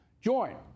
Join